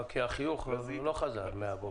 כי החיוך לא חזר מהבוקר.